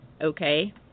okay